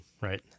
right